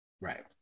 Right